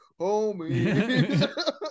Homies